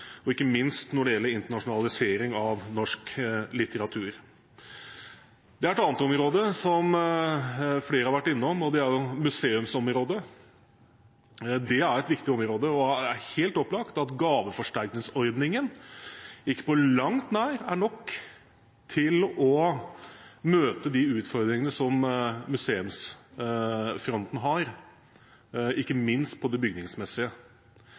og ikke minst når det gjelder internasjonalisering av norsk litteratur. Det er et annet område som flere har vært innom, og det er museumsområdet. Det er et viktig område, og det er helt opplagt at gaveforsterkningsordningen ikke på langt nær er nok til å møte de utfordringene som museumsfronten har, ikke minst når det gjelder det bygningsmessige.